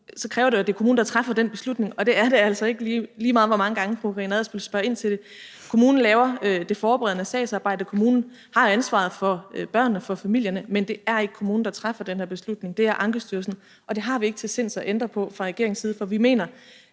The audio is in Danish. så kræver det jo, at det er kommunen, der træffer den beslutning, og det er det altså ikke, lige meget hvor mange gange fru Karina Adsbøl spørger ind til det. Kommunen laver det forberedende sagsarbejde. Kommunen har jo ansvaret for børnene og for familierne, men det er ikke kommunen, der træffer den her beslutning. Det er Ankestyrelsen, og det har vi ikke i sinde at ændre på fra regeringens side. For vi mener